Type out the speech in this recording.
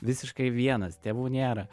visiškai vienas tėvų nėra